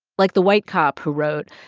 like the white cop who wrote,